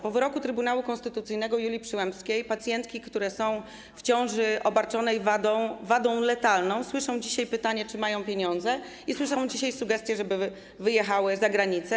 Po wyroku Trybunału Konstytucyjnego Julii Przyłębskiej pacjentki, które są w ciąży obarczonej wadą letalną, słyszą dzisiaj pytanie, czy mają pieniądze, i słyszą dzisiaj sugestię, żeby wyjechały za granicę.